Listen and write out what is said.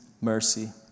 mercy